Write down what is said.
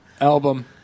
album